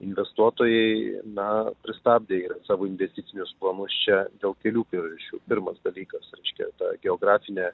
investuotojai na pristabdę yra savo investicinius planus čia dėl kelių priežasčių pirmas dalykas reiškia ta geografinė